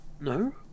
No